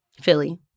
philly